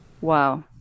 wow